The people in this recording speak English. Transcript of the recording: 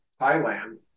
Thailand